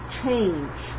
change